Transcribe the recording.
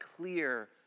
clear